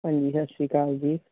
ਹਾਂਜੀ ਸਤਿ ਸ਼੍ਰੀ ਅਕਾਲ ਜੀ